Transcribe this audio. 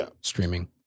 streaming